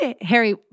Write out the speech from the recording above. Harry